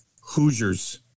Hoosiers